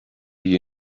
you